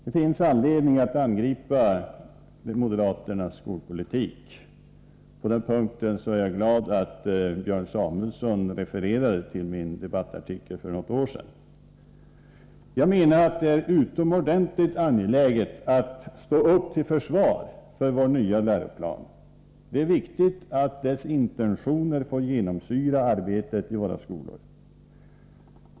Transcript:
Det finns anledning att angripa moderaternas skolpolitik. På den punkten är jag glad att Björn Samuelson refererade till min debattartikel för något år sedan. Jag menar att det är utomordentligt angeläget att stå upp till försvar för vår nya läroplan. Det är viktigt att dess intentioner får genomsyra arbetet i våra skolor.